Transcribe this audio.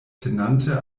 tenante